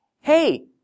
hey